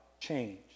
change